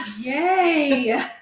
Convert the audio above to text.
Yay